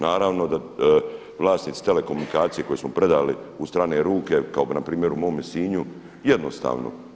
Naravno da vlasnici telekomunikacije koje smo predali u strane ruke kao na primjer u mome Sinju jednostavno.